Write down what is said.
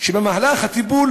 שבמהלך הטיפול